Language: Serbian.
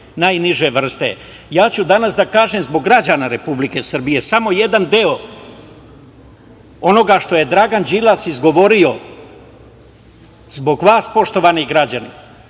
najniže vrste. Ja ću danas da kažem zbog građana Republike Srbije samo jedan deo onoga što je Dragan Đilas izgovorio zbog vas, poštovani građani,